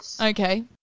Okay